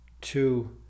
two